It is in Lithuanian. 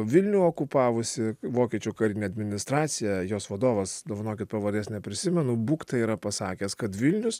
vilnių okupavusi vokiečių karinė administracija jos vadovas dovanokit pavardės neprisimenu bukta yra pasakęs kad vilnius